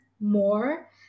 more